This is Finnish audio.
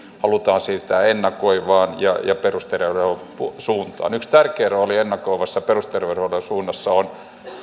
halutaan siirtää ennakoivan perusterveydenhuollon suuntaan yksi tärkeä rooli ennakoivan perusterveydenhuollon suunnassa on